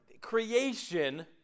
creation